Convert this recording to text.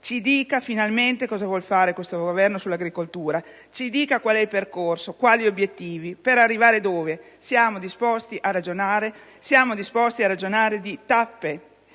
Ci dica finalmente cosa vuole fare questo Governo sull'agricoltura. Ci dica qual è il percorso, quali gli obiettivi, per arrivare dove. Siamo disposti a ragionare di tappe,